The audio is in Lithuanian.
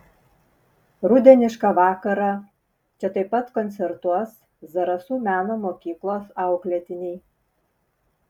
rudenišką vakarą čia taip pat koncertuos zarasų meno mokyklos auklėtiniai